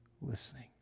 listening